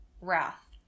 wrath